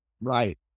Right